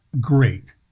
great